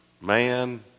man